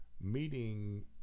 meeting